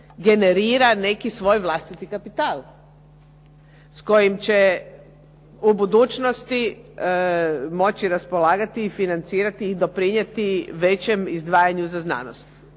generira neki svoj vlastiti kapital s kojim će u budućnosti moći raspolagati i financirati i doprinijeti većem izdvajanju za znanost.